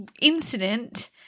incident